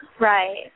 Right